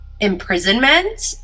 imprisonment